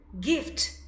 gift